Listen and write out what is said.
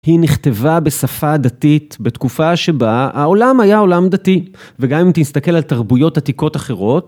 היא נכתבה בשפה הדתית בתקופה שבה העולם היה עולם דתי וגם אם תסתכל על תרבויות עתיקות אחרות.